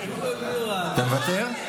מוותר,